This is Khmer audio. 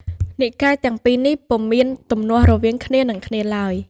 និកាយទាំងពីរនេះពុំមានទំនាស់រវាងគ្នានឹងគ្នាឡើយ។